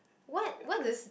what what does